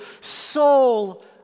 soul